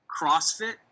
CrossFit